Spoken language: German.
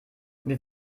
wir